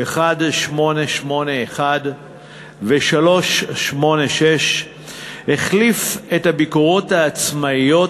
1881 ו-398 החליף את הביקורות העצמאיות